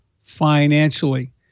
financially